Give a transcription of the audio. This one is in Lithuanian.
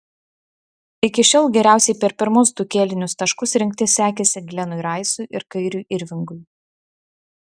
iki šiol geriausiai per pirmus du kėlinius taškus rinkti sekėsi glenui raisui ir kairiui irvingui